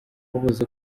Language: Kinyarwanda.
ubuze